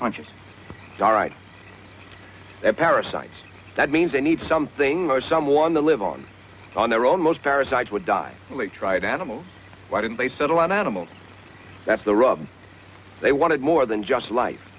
punches all right parasites that means they need something or someone to live on on their own most parasites would die really tried animals why didn't they settle on animals that's the rub they wanted more than just life